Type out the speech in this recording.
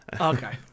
Okay